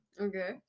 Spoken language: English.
Okay